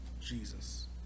Jesus